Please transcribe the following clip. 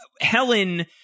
Helen